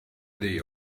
they